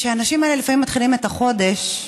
שהאנשים האלה לפעמים מתחילים את החודש במינוס.